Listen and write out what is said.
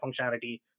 functionality